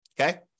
Okay